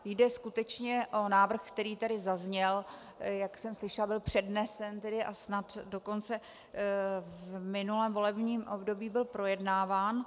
Jde skutečně o návrh, který tady zazněl, jak jsem slyšela, byl přednesen a snad byl dokonce v minulém volebním období projednáván.